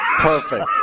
Perfect